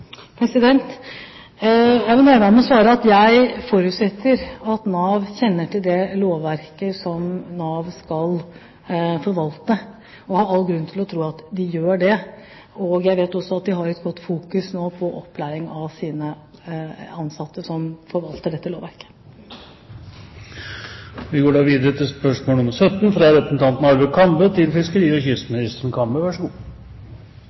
det lovverket som Nav skal forvalte. Jeg har all grunn til å tro at de gjør det. Jeg vet også at de nå har et godt fokus på opplæring av de ansatte som forvalter dette lovverket. Jeg tillater meg å stille følgende spørsmål til fiskeri- og kystministeren: «Kystkulturforeningen Sjøråk har sendt søknad om tillatelse til